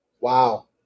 Wow